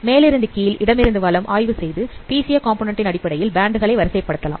மேலிருந்து கீழ் இடமிருந்து வலம் ஆய்வு செய்து பிசிஏ காம்போநன்ண்ட் ன் அடிப்படையில் பேண்ட் களை வரிசைப்படுத்தலாம்